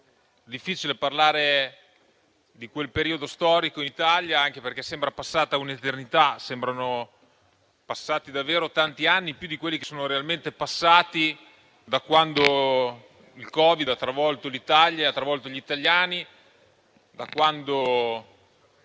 difficile parlare di quel periodo storico in Italia, anche perché sembra passata un'eternità; sembrano passati davvero tanti anni, più di quelli realmente trascorsi, da quando il Covid ha travolto l'Italia e gli italiani, e da quando